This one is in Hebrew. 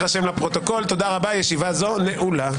ישיבה זו נעולה.